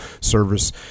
service